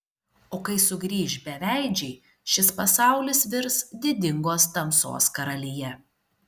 o kai sugrįš beveidžiai šis pasaulis virs didingos tamsos karalija